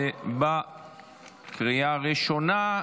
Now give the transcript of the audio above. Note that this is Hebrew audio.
בקריאה הראשונה.